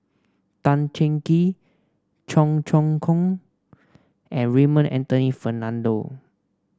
Tan Cheng Kee Cheong Choong Kong and Raymond Anthony Fernando